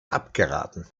abgeraten